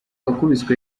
wakubiswe